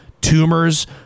tumors